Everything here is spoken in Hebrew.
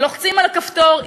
לוחצים על הכפתור,